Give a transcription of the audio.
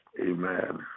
Amen